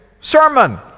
sermon